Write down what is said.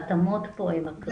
ההתאמות כאן הן הקריטיות.